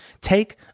Take